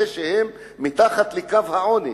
כי הם מתחת לקו העוני,